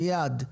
מיד,